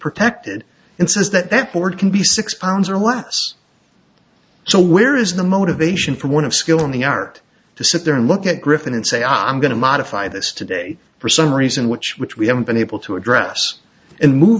protected and says that that board can be six pounds or less so where is the motivation for one of skill in the art to sit there and look at griffin and say i'm going to modify this today for some reason which which we haven't been able to address and move